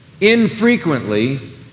infrequently